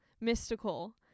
mystical